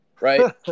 Right